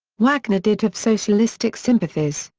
wagner did have socialistic sympathies,